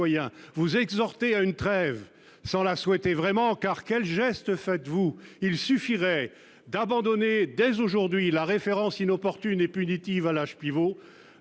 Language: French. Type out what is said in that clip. Vous exhortez à une trêve sans la souhaiter vraiment. En effet, quel geste faites-vous ? Il suffirait d'abandonner dès aujourd'hui la référence inopportune et punitive à l'âge pivot,